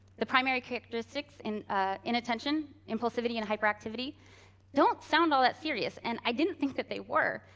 the primary characteristics and ah inattention, impulsivity, and hyperactivity don't sound all that serious, and i didn't think that they were,